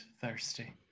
Thirsty